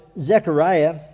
Zechariah